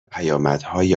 پیامدهای